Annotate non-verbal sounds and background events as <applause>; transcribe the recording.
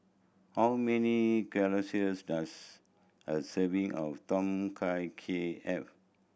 how many <unintelligible> does a serving of Tom Kha Kai have